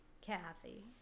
Kathy